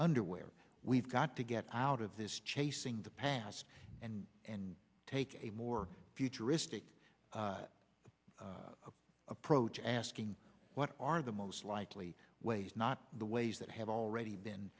underwear we've got to get out of this chasing the past and and take a more futuristic approach asking what are the most likely ways not the ways that have already been